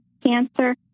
cancer